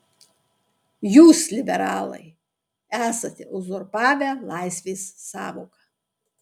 jūs liberalai esate uzurpavę laisvės sąvoką